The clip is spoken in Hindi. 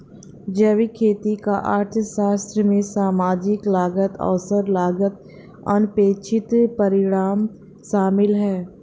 जैविक खेती का अर्थशास्त्र में सामाजिक लागत अवसर लागत अनपेक्षित परिणाम शामिल है